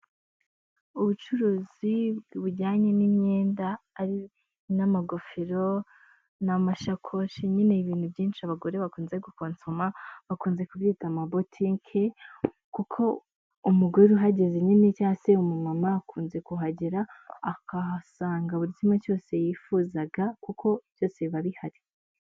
Ubucuruzi bujyanye n'imyenda; n'amagofero, n'amashakoshi nyine ibintu byinshi abagore bakunze gukonsoma. Bakunze kubyita amabotinki, kuko umugore wese uhageze nyine cyangwa se umumama akunze kuhagera akahasanga buri kimwe cyose yifuzaga kuko byose biba bihari.